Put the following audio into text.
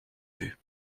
vue